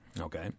okay